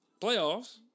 Playoffs